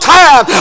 time